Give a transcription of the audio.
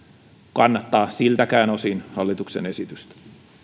kannattaa siltäkään osin hallituksen esitystä